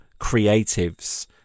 creatives